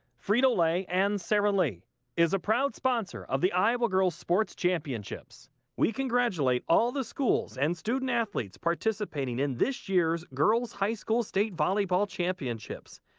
frito-lay and sara lee is a proud sponsor of the iowa girls sports championships we congratulate all the schools and student athletes participating in this year's girls high school state volley bale championships.